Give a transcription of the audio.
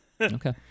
okay